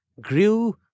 grew